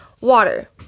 Water